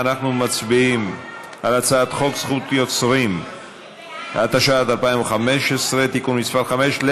אנחנו מצביעים על הצעת חוק זכות יוצרים (תיקון מס' 5),